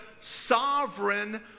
sovereign